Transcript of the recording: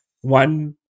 one